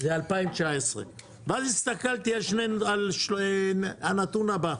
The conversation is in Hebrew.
זה 2019. ואז הסתכלתי על הנתון הבא: